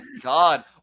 god